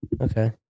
Okay